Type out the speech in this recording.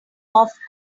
off